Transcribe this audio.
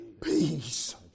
Peace